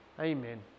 Amen